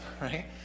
right